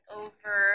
over